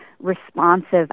responsive